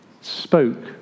spoke